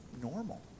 normal